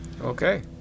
Okay